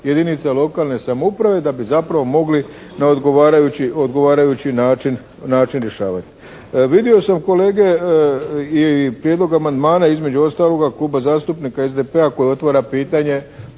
jedinica lokalne samouprave da bi zapravo mogli na odgovarajući način rješavati. Vidio sam kolege i prijedlog amandmana između ostaloga Kluba zastupnika SDP-a koji otvara pitanje